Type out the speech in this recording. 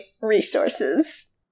resources